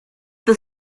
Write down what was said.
the